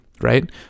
right